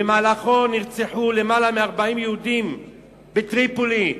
שבמהלכו נרצחו יותר מ-140 יהודים בטריפולי,